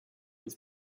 his